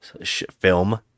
film